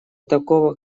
такого